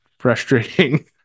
Frustrating